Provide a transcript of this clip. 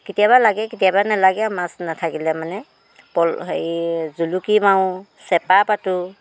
কেতিয়াবা লাগে কেতিয়াবা নেলাগে মাছ নেথাকিলে মানে পল হেৰি জুলুকি মাৰোঁ চেপা পাতোঁ